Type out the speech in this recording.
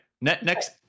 Next